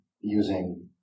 using